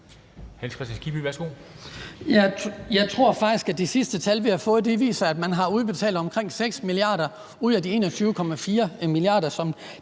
Jeg tror faktisk, at de sidste tal, vi har fået, viser, at man har udbetalt omkring 6 mia. kr. ud af de 21,4 mia. kr., som